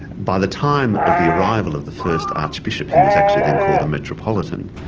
by the time of the arrival of the first archbishop, he was actually then called a metropolitan,